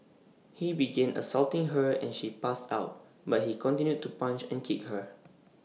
he began assaulting her and she passed out but he continued to punch and kick her